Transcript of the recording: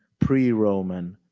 pre-roman,